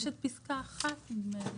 יש את פסקה 1 נדמה לי.